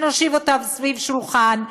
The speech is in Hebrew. נושיב אותם סביב שולחן,